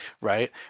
right